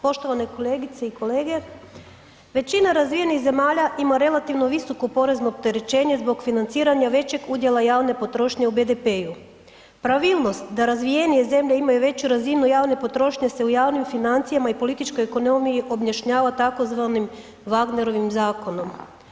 Poštovani kolegice i kolege, većina razvijenih zemalja ima relativno visoko porezno opterećenje zbog financiranja većeg udjela javne potrošnje u BDP-u. pravilnost da razvijenije zemlje imaju veću razinu javne potrošnje se u javnim financijama i političkoj ekonomiji objašnjava tzv. Wagnerovim zakonom.